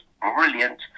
brilliant